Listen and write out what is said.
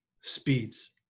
speeds